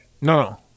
No